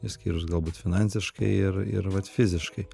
išskyrus galbūt finansiškai ir ir vat fiziškai